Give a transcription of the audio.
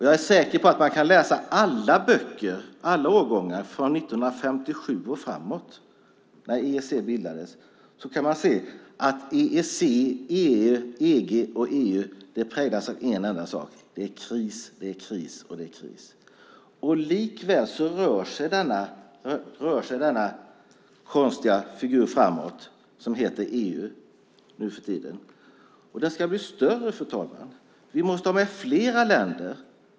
Jag är säker på att man kan läsa alla årgångar från 1957 när EEC bildades och se att EEC, EG, EU präglas av en enda sak: Det är kris, och det är kris. Likväl rör sig denna konstiga figur framåt som nuförtiden heter EU. Den ska bli större. Vi måste ha med flera länder.